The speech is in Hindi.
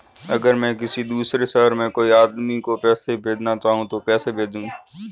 अगर मैं किसी दूसरे शहर में कोई आदमी को पैसे भेजना चाहूँ तो कैसे भेजूँ?